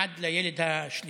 עד לילד השלישי,